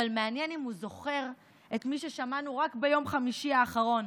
אבל מעניין אם הוא זוכר את מי ששמענו רק ביום חמישי האחרון,